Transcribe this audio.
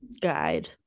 guide